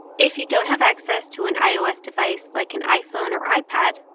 if you don't have access to an ios device like an iphone or ipad,